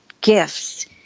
gifts